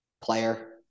player